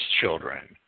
children